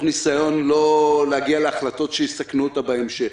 ניסיון לא להגיע להחלטות שיסכנו אותה בהמשך.